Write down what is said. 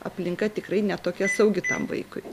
aplinka tikrai ne tokia saugi tam vaikui